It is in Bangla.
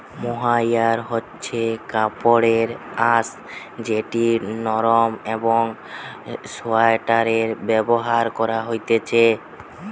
মোহাইর হচ্ছে কাপড়ের আঁশ যেটি নরম একং সোয়াটারে ব্যবহার করা হতিছে